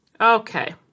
Okay